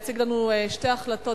יציג לנו שתי החלטות,